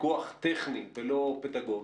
פיקוח טכני ולא פדגוגי,